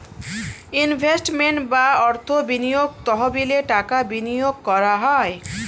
investment বা অর্থ বিনিয়োগ তহবিলে টাকা বিনিয়োগ করা হয়